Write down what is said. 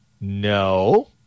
No